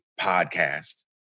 podcast